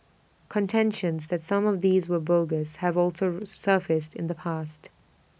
contentions that some of these were bogus have also surfaced in the past